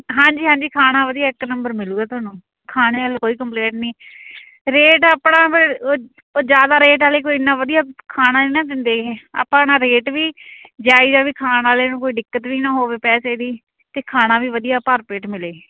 ਹਾਂਜੀ ਹਾਂਜੀ ਖਾਣਾ ਵਧੀਆ ਇੱਕ ਨੰਬਰ ਮਿਲੂਗਾ ਤੁਹਾਨੂੰ ਖਾਣੇ ਵੱਲ ਕੋਈ ਕੰਪਲੇਂਟ ਨਹੀਂ ਰੇਟ ਆਪਣਾ ਫਿਰ ਉਹ ਜ਼ਿਆਦਾ ਰੇਟ ਵਾਲੀ ਕੋਈ ਇੰਨਾ ਵਧੀਆ ਖਾਣਾ ਨਹੀਂ ਨਾ ਦਿੰਦੇ ਗੇ ਆਪਾਂ ਨਾ ਰੇਟ ਵੀ ਜਾਈਜ਼ ਆ ਵੀ ਖਾਣ ਵਾਲੇ ਨੂੰ ਕੋਈ ਦਿੱਕਤ ਵੀ ਨਾ ਹੋਵੇ ਪੈਸੇ ਦੀ ਅਤੇ ਖਾਣਾ ਵੀ ਵਧੀਆ ਭਰ ਪੇਟ ਮਿਲੇ